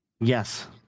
Yes